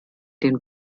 den